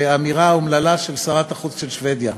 לאמירה האומללה של שרת החוץ של שבדיה,